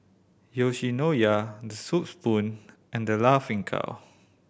Yoshinoya The Soup Spoon and The Laughing Cow